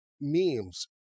memes